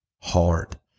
hard